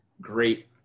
great